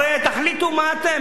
הרי תחליטו מה אתם,